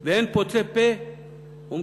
ואין פוצה פה ומצפצף.